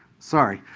sorry.